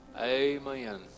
Amen